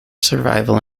survival